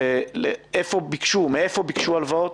איפה ביקשו הלוואות